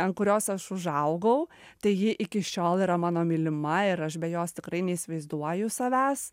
ant kurios aš užaugau tai ji iki šiol yra mano mylima ir aš be jos tikrai neįsivaizduoju savęs